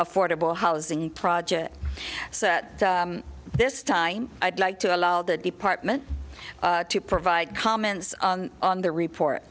affordable housing project so at this time i'd like to allow the department to provide comments on the report